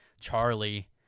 charlie